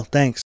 Thanks